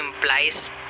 implies